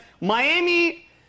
Miami